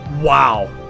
Wow